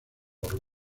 por